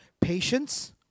Patience